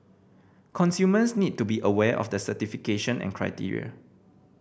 consumers need to be aware of the certification and criteria